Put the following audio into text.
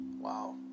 Wow